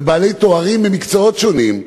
ובעלי תארים במקצועות שונים,